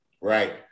right